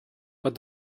but